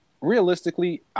realistically